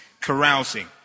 carousing